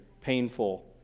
painful